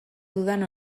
dudan